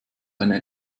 eine